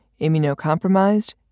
immunocompromised